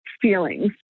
feelings